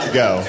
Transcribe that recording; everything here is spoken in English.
go